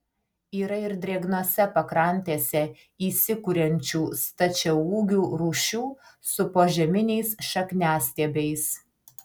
yra ir drėgnose pakrantėse įsikuriančių stačiaūgių rūšių su požeminiais šakniastiebiais